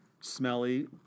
smelly